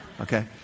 Okay